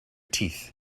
teeth